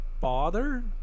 bother